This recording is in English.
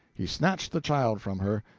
he snatched the child from her,